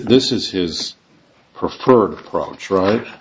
this is his preferred approach right